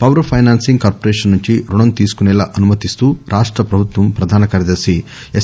power finance corporation నుంచి రుణం తీసుకొసేలా అనుమతిస్తూ రాష్ట ప్రభుత్వ ప్రధాన కార్యదర్శి ఎస్